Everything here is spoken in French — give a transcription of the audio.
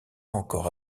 encore